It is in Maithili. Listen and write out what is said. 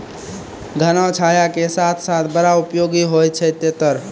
घना छाया के साथ साथ बड़ा उपयोगी होय छै तेतर